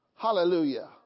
Hallelujah